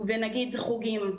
נגיד חוגים.